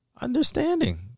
understanding